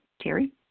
Terry